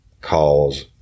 calls